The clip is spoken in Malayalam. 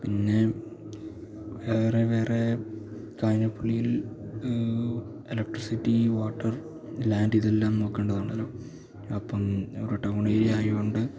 പിന്നെ വേറെ വേറെ കാഞ്ഞിരപ്പള്ളിയിൽ ഇലക്ട്രിസിറ്റി വാട്ടർ ലാൻഡിതെല്ലാം നോക്കേണ്ടതാണല്ലോ അപ്പോള് ഒരു ടൗണേരിയ ആയതുകൊണ്ട്